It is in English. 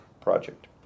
project